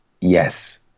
Yes